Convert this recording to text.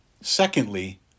Secondly